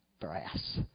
brass